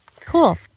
Cool